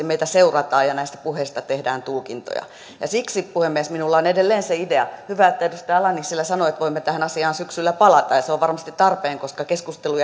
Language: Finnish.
meitä seurataan ja näistä puheista tehdään tulkintoja siksi puhemies minulla on edelleen se idea hyvä että edustaja ala nissilä sanoi että voimme tähän asiaan syksyllä palata ja se on varmasti tarpeen koska keskustelu